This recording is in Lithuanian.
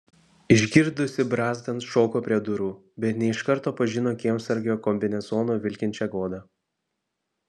išgirdusi brazdant šoko prie durų bet ne iš karto pažino kiemsargio kombinezonu vilkinčią godą